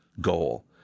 goal